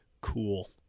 cool